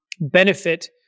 benefit